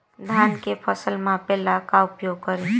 धान के फ़सल मापे ला का उपयोग करी?